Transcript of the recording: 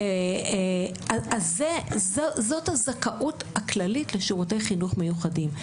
זו הזכאות הכללית לשירותי חינוך מיוחדים.